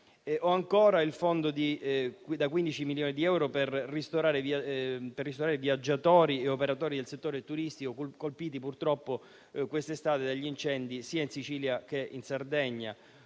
c'è il fondo da 15 milioni di euro per ristorare viaggiatori e operatori del settore turistico colpiti purtroppo quest'estate dagli incendi sia in Sicilia che in Sardegna;